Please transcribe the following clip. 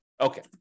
okay